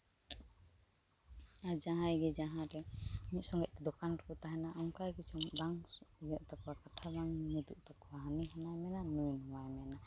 ᱡᱟᱦᱟᱸᱭ ᱜᱮ ᱡᱟᱦᱟᱸ ᱨᱮ ᱢᱤᱫ ᱥᱚᱸᱜᱮ ᱛᱮ ᱫᱚᱠᱟᱱ ᱨᱮᱠᱚ ᱛᱟᱦᱮᱱᱟ ᱚᱱᱠᱟ ᱥᱚᱢᱚᱭ ᱵᱟᱝ ᱤᱭᱟᱹᱜ ᱛᱟᱠᱚᱣᱟ ᱠᱟᱛᱷᱟ ᱵᱟᱝ ᱢᱤᱫᱚᱜ ᱛᱟᱠᱚᱣᱟ ᱦᱟᱹᱱᱤ ᱦᱟᱱᱟᱭ ᱢᱮᱱᱟ ᱱᱩᱭ ᱱᱯᱚᱣᱟᱭ ᱢᱮᱱᱟ